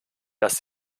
dass